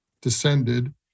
descended